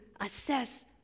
assess